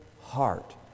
heart